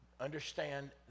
understand